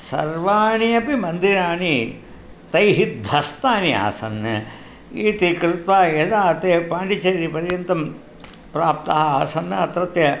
सर्वाणि अपि मन्दिराणि तैः धस्तानि आसन् इति कृत्वा यदा ते पाण्डिचेरिपर्यन्तं प्राप्ताः आसन् अत्रत्य